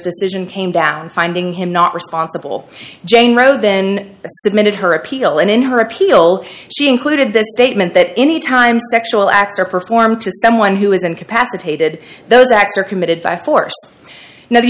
decision came down finding him not responsible jane rowe then submitted her appeal and in her appeal she included the statement that anytime sexual acts are performed to someone who is incapacitated those acts are committed by force now the